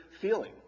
feeling